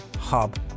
hub